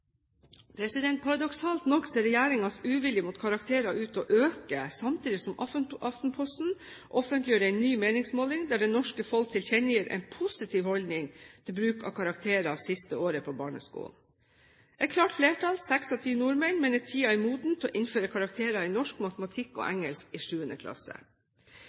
Paradoksalt nok ser regjeringens uvilje mot karakterer ut til å øke, samtidig som Aftenposten offentliggjør en ny meningsmåling der det norske folk tilkjennegir en positiv holdning til bruk av karakterer det siste året på barneskolen. Et klart flertall, seks av ti nordmenn, mener tiden er moden for å innføre karakterer i norsk, matematikk og engelsk i 7. klasse.